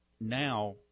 now